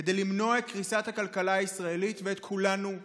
כדי למנוע את קריסת הכלכלה הישראלית ושל כולנו איתה?